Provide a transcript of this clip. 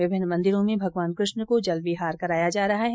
विभिन्न मंदिरों में भगवान कृष्ण को जल विहार कराया जा रहा है